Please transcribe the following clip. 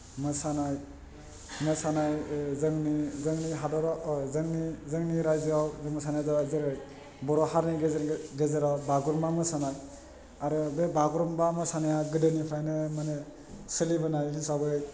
मोसानाय मोसानाय जोंनि जोंनि हादोराव जोंनि जोंनि रायजोयाव जों मोसानाया जाबाय जेरै बर' हारिनि गेजेर गेजेराव बागुरुम्बा मोसानाय आरो बे बागुरुम्बा मोसानाया गोदोनिफ्रायनो माने सोलिबोनाय हिसाबै